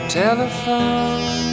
telephone